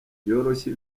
yoroshya